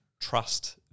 trust